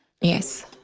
Yes